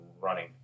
running